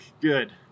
Good